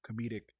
comedic